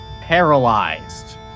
paralyzed